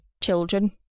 children